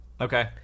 Okay